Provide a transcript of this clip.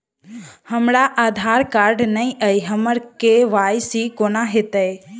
हमरा आधार कार्ड नै अई हम्मर के.वाई.सी कोना हैत?